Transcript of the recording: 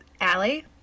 Allie